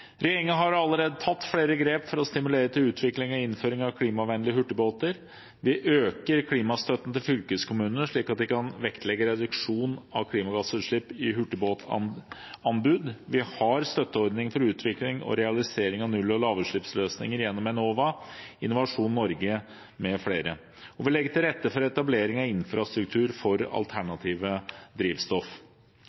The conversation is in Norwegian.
har allerede tatt flere grep for å stimulere til utvikling og innføring av klimavennlige hurtigbåter: Vi øker klimastøtten til fylkeskommunene slik at de kan vektlegge reduksjon av klimagassutslipp i hurtigbåtanbud. Vi har støtteordninger for utvikling og realisering av null- og lavutslippsløsninger gjennom Enova, Innovasjon Norge med flere, og vi legger til rette for etablering av infrastruktur for